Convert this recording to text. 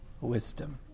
wisdom